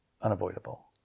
unavoidable